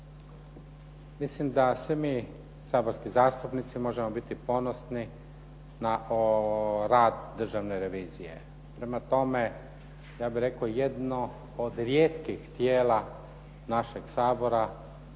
Mislim da se mi saborski zastupnici možemo biti ponosni na rad Državne revizije. Prema tome, ja bih rekao jedno od rijetkih tijela našeg Sabora u